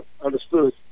understood